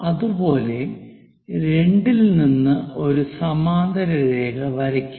അതുപോലെ 2 ൽ നിന്ന് ഒരു സമാന്തര രേഖ വരയ്ക്കുക